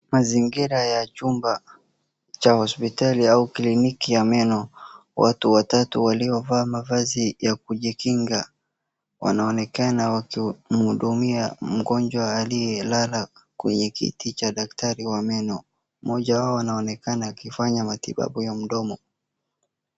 Mazingira ya chumba cha hospitali au kliniki ya meno. Watu watatu waliovaa mavazi ya kujikinga wanaonekana wakimhudumia mgonjwa aliye lala kwenye kiti cha daktari wameno. Mmmoja wao anaonekana akfanya matibabu ya meno.